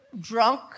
drunk